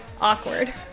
Awkward